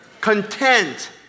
content